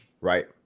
right